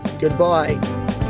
goodbye